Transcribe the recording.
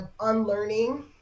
unlearning